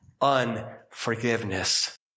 unforgiveness